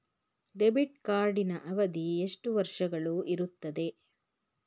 Debit ಕಾರ್ಡಿನ ಅವಧಿ ಎಷ್ಟು ವರ್ಷಗಳು ಇರುತ್ತದೆ?